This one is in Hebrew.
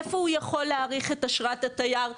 איפה הוא יכול להאריך את אשרת התייר,